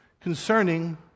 concerning